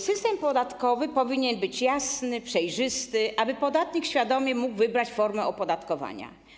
System podatkowy powinien być jasny, przejrzysty, aby podatnik świadomie mógł wybrać formę opodatkowania.